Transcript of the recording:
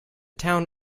town